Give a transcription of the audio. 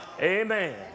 Amen